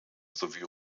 sowie